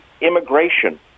immigration